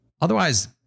Otherwise